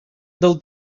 del